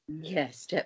Yes